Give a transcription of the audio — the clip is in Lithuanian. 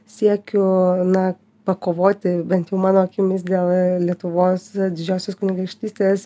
siekių na pakovoti bent jau mano akimis dėl lietuvos didžiosios kunigaikštystės